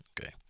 Okay